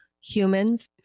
Humans